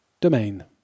domain